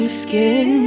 skin